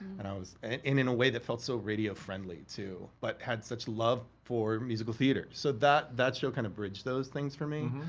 and and in in a way that felt so radio friendly too. but had such love for musical theater. so, that that show kinda bridged those things for me.